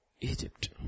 Egypt